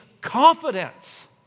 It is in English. confidence